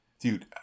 Dude